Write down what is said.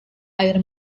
air